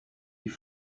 die